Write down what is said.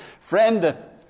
Friend